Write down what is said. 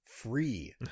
free